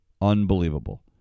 Unbelievable